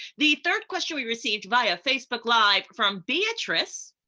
the third question we received via facebook live from beatrice,